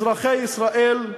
אזרחי ישראל,